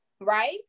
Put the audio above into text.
right